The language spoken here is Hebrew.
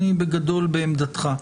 אני בגדול בעמדתך.